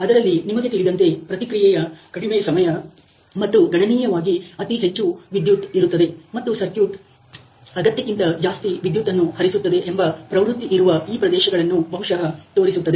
ಅದರಲ್ಲಿ ನಿಮಗೆ ತಿಳಿದಂತೆ ಪ್ರತಿಕ್ರಿಯೆಯ ಕಡಿಮೆ ಸಮಯ ಮತ್ತು ಗಣನೀಯವಾಗಿ ಅತಿ ಹೆಚ್ಚು ವಿದ್ಯುತ್ ಇರುತ್ತದೆ ಮತ್ತು ಸರ್ಕ್ಯೂಟ್ ಅಗತ್ಯಕ್ಕಿಂತ ಜಾಸ್ತಿ ವಿದ್ಯುತ್ತನ್ನು ಹರಿಸುತ್ತದೆ ಎಂಬ ಪ್ರವೃತ್ತಿ ಇರುವ ಈ ಪ್ರದೇಶಗಳನ್ನು ಬಹುಶಃ ತೋರಿಸುತ್ತದೆ